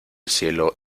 cielo